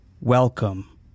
Welcome